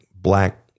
black